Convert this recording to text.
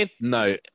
No